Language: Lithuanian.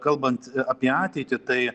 kalbant apie ateitį tai